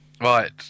Right